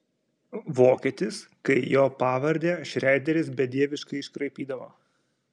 vokietis kai jo pavardę šreideris bedieviškai iškraipydavo